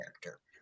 character